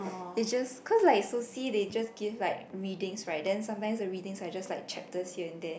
is just cause like soci they just give like reading [right] then sometimes the readings are chapters here and there